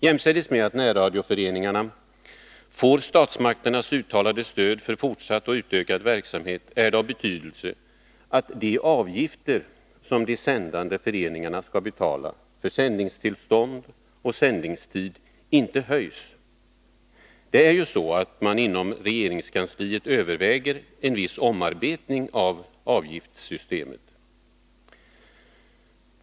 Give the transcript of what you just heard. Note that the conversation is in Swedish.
Jämsides med att närradioföreningarna får statsmakternas uttalade stöd för fortsatt och utökad verksamhet är det av betydelse att de avgifter som de sändande föreningarna skall betala för sändningstillstånd och sändningstid inte höjs. Det lär vara så, att man inom regeringskansliet överväger en viss omarbetning av avgiftssystemet.